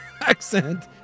accent